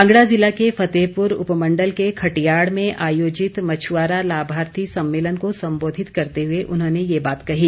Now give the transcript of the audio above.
कांगड़ा जिला के फतेहपुर उपमण्डल के खटियाड़ में आयोजित मछ्आरा लाभार्थी सम्मेलन को संबोधित करते हुए उन्होंने ये बात कही